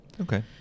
okay